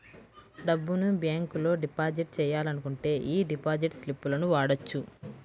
డబ్బును బ్యేంకులో డిపాజిట్ చెయ్యాలనుకుంటే యీ డిపాజిట్ స్లిపులను వాడొచ్చు